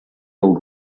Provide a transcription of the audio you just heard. old